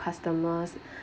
customers